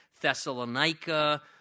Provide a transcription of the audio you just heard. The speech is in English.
Thessalonica